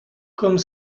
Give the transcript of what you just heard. comme